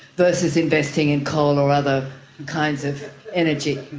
versus investing in coal or other kinds of energy?